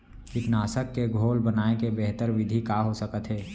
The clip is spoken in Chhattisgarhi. कीटनाशक के घोल बनाए के बेहतर विधि का हो सकत हे?